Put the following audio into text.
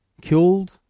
killed